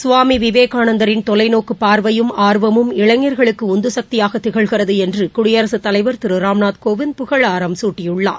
சுவாமிவிவேகானந்தரின் தொலைநோக்குபார்வையும் ஆர்வமும் இளைஞா்களுக்குஉந்துசக்தியாகதிகழ்கிறதுஎன்றுகுடியரசுத் தலைவர் திருராம்நாத் கோவிந்த் புகழாரம் சூட்டியுள்ளார்